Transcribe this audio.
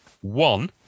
one